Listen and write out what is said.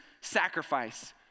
sacrifice